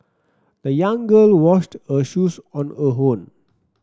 the young girl washed her shoes on her own